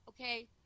Okay